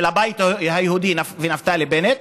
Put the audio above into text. של הבית היהודי ונפתלי בנט,